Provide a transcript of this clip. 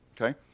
Okay